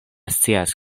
scias